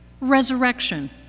Resurrection